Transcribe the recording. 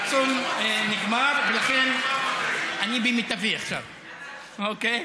הצום נגמר, ולכן אני במיטבי עכשיו, אוקיי?